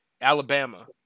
Alabama